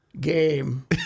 game